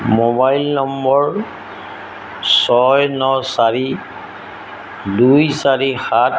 mobile number ছয় ন চাৰি দুই চাৰি সাত